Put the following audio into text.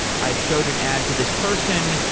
i showed an ad to this person,